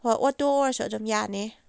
ꯍꯣꯏ ꯑꯣꯇꯣ ꯑꯣꯏꯔꯁꯨ ꯑꯗꯨꯝ ꯌꯥꯅꯤ